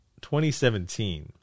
2017